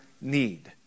need